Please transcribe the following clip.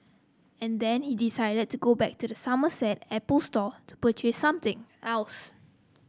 and then he decided to go back to the Somerset Apple Store to purchase something else